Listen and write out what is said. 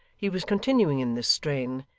he was continuing in this strain,